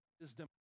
wisdom